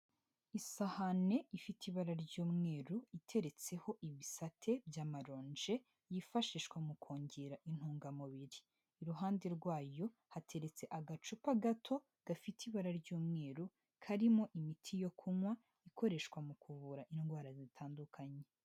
Isahane ifite ibara ry'umweru, iteretseho ibisate by'amaronje, yifashishwa mu kongera intungamubiri. Iruhande rwayo hateretse agacupa gato, gafite ibara ry'umweru, karimo imiti yo kunywa, ikoreshwa mu kuvura indwara zitandukanye.